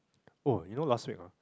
oh you know last week ah